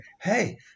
hey